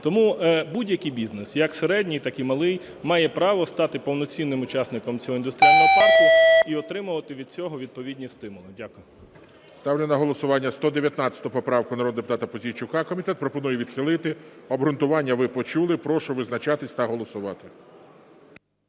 Тому будь-який бізнес, як середній, так і малий, має право стати повноцінним учасником цього індустріального парку і отримувати від цього відповідні стимули. Дякую. ГОЛОВУЮЧИЙ. Ставлю на голосування 119 поправку народного депутата Пузійчука. Комітет пропонує відхилити. Обґрунтування ви почули. Прошу визначатись та голосувати.